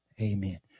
Amen